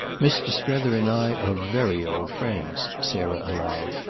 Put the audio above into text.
mr. strether and i are very old friends, sarah allowed,